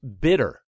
bitter